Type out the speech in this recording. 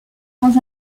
grands